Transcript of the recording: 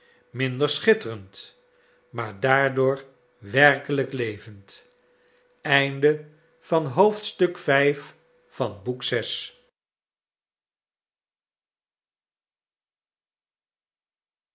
minder schitterend maar daarvoor werkelijk levend